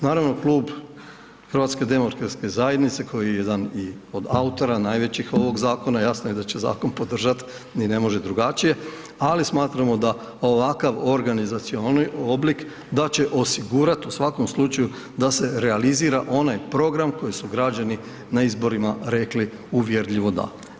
Naravno, Klub HDZ-a koji je jedan i od autora najvećih, ovog zakona, jasno je da će zakon podržati, ni ne može drugačije, ali smatramo da ovakav organizacioni oblik, da će osigurati, u svakom slučaju, da se realizira onaj program koji su građani na izborima rekli uvjerljivo da.